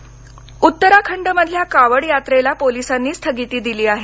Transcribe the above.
कावड उत्तराखंडमधल्या कावड यात्रेला पोलिसांनी स्थगिती दिली आहे